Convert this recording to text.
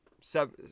seven